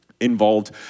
involved